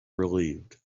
relieved